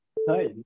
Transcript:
Hi